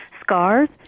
scars